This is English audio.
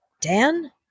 Dan